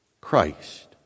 Christ